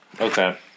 Okay